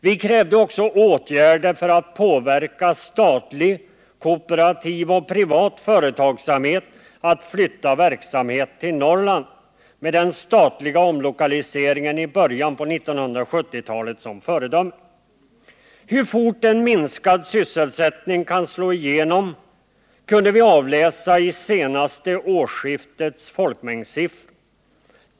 Vi krävde också åtgärder för att påverka statlig, kooperativ och privat företagsamhet att flytta verksamhet till Norrland, med den statliga omlokaliseringen i början av 1970-talet som föredöme. Hur fort en minskad sysselsättning kan slå igenom kunde vi avläsa i senaste årsskiftets folk mängdssiffror.